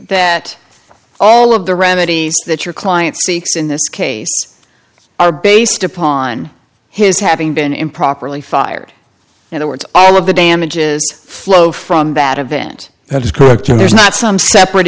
that all of the remedies that your client seeks in this case are based upon his having been improperly fired and the words all of the damages flow from bad event that's correct or there's not some separate